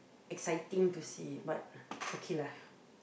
exciting to see but okay lah